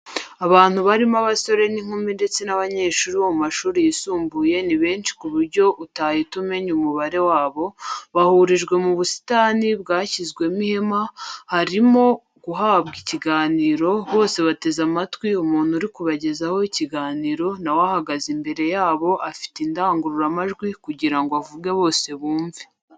Abantu barimo abasore n'inkumi ndetse n'abanyeshuri bo mu mashuri yisumbuye ni benshi ku buryo utahita umenya umubare wabo, bahurijwe mu busitani bwashyizwemo ihema ,barimo guhabwa ikiganiro , bose bateze amatwi umuntu uri kubagezaho ikiganiro nawe ahagaze imbere yabo afite indangururamajwi kugirango avuge bose bumve.